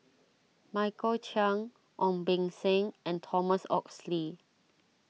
Michael Chiang Ong Beng Seng and Thomas Oxley